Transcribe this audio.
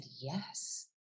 yes